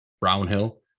Brownhill